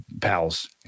pals